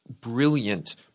brilliant